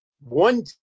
one